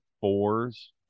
fours